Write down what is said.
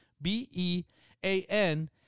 B-E-A-N